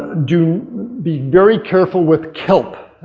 do be very careful with kelp.